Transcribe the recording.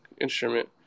instrument